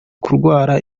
kurwara